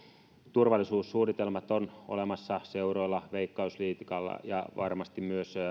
turvallisuussuunnitelmat on olemassa seuroilla veikkausliigalla ja varmasti myös